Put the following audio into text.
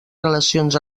relacions